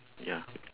ya